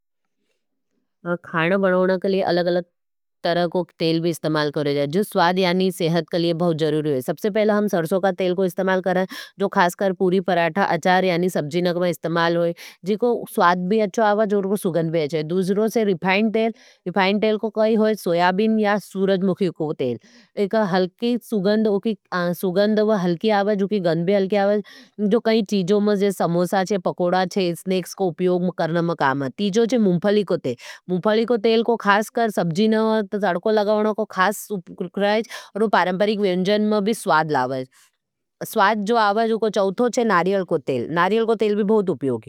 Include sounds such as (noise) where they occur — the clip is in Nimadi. खान बनोना के लिये अलग-अलग (hesitation) तरह को तेल भी इस्तेमाल करोई जाएं। जो स्वाद यानी सेहत के लिए बहुत जरूरी छे। सबसे पहला हम सरसो का तेल को इस्तेमाल करें। जो खासकर पूरी, पराठा, अचार यानी सब्जी नक में इस्तेमाल होई। सबसे पहला हम सरसो का तेल को इस्तेमाल करें। जो स्वाद यानी सेहत के लिए बहुत जरूरी छे। सबसे पहला हम सरसो का तेल को इस्तेमाल करें। जो खासकर पूरी, पराठा, अचार (hesitation) यानी सब्जी नक में इस्तेमाल होई। सबसे पहला हम सरसो का तेल को इस्तेमाल करें। (unintelligible)